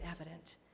evident